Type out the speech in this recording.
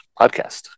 podcast